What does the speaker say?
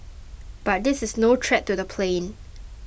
but this is no threat to the plane